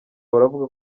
baravuga